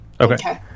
Okay